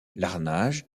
larnage